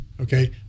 Okay